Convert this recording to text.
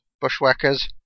Bushwhackers